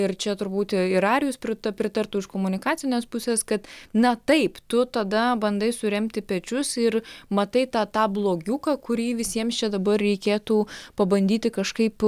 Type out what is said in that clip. ir čia turbūt ir arijus prita pritartų iš komunikacinės pusės kad na taip tu tada bandai suremti pečius ir matai tą tą blogiuką kurį visiems čia dabar reikėtų pabandyti kažkaip